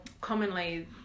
Commonly